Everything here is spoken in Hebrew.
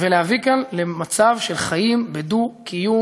ולהביא כאן למצב של חיים בדו-קיום